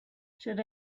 should